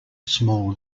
small